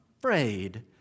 afraid